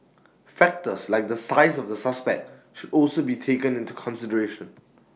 factors like the size of the suspect should also be taken into consideration